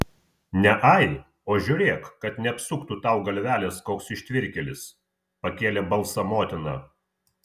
ne ai o žiūrėk kad neapsuktų tau galvelės koks ištvirkėlis pakėlė balsą motina